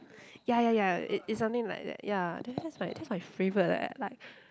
ya ya ya it it's something like that ya then that's my that's my favourite leh like